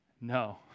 No